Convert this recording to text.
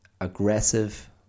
aggressive